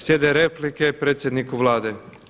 Slijede replike predsjedniku Vlade.